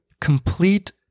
Complete